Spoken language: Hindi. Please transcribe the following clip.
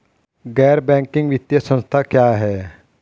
गैर बैंकिंग वित्तीय संस्था क्या है?